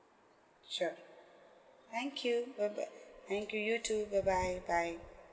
sure thank you bye bye thank you you too bye bye bye